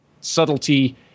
subtlety